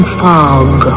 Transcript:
fog